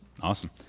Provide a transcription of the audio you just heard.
awesome